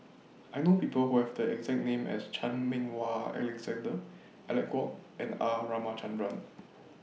I know People Who Have The exact name as Chan Meng Wah Alexander Alec Kuok and R Ramachandran